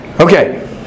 Okay